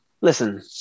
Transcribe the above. listen